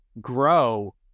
grow